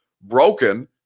broken